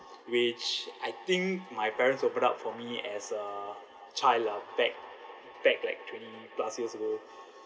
which I think my parents were put up for me as a child lah back back like twenty plus years ago